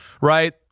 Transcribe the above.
right